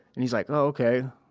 and he's like, oh, okay,